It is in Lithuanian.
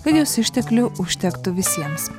kad jos išteklių užtektų visiems